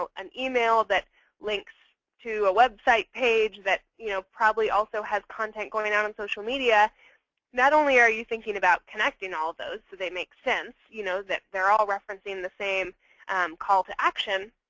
ah an email that links to a website page that you know probably also has content going out on social media not only are you thinking about connecting all of those so they make sense, you know that they're all referencing the same call to action.